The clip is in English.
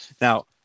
Now